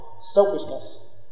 selfishness